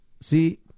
See